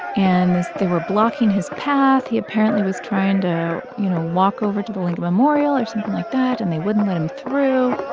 and they were blocking his path. he apparently was trying to, you know, walk over to the lincoln memorial or something like that, and they wouldn't let him through